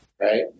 right